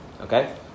okay